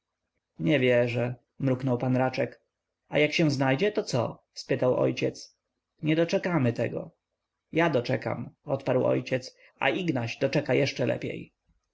nie wierzę mruknął pan raczek a jak się znajdzie to co spytał ojciec nie doczekamy tego ja doczekam odparł ojciec a ignaś doczeka jeszcze lepiej